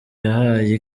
yahaye